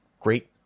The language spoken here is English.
Great